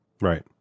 Right